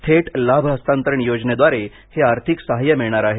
थेट लाभ हस्तांतरण योजनेद्वारे हे आर्थिक साहाय्य मिळणार आहे